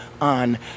on